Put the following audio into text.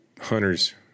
hunters